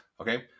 Okay